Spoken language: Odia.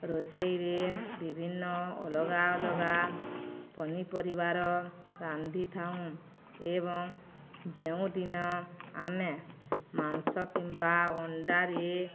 ରୋଷେଇରେ ବିଭିନ୍ନ ଅଲଗା ଅଲଗା ପନିପରିବା ରାନ୍ଧିଥାଉ ଏବଂ ଯେଉଁଦିନ ଆମେ ମାଂସ କିମ୍ବା ଅଣ୍ଡାରେ